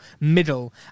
middle